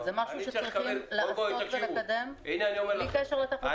זה משהו שצריכים לעשות ולקדם בלי קשר לטכוגרף הדיגיטלי.